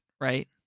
right